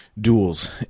duels